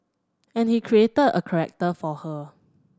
and he created a character for her